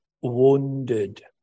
wounded